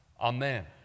Amen